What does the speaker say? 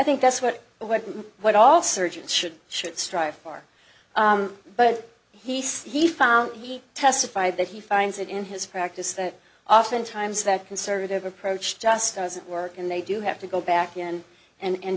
think that's what what what all surgeons should should strive for but he says he found he testified that he finds it in his practice that oftentimes that conservative approach just doesn't work and they do have to go back in and